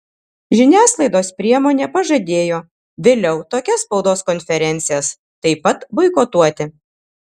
žiniasklaidos priemonė pažadėjo vėliau tokias spaudos konferencijas taip pat boikotuoti